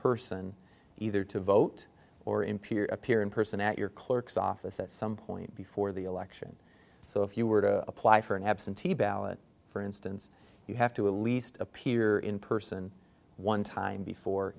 person either to vote or impure appear in person at your clerk's office at some point before the election so if you were to apply for an absentee ballot for instance you have to at least appear in person one time before